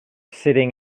sitting